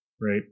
right